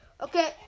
Okay